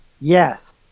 Yes